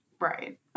right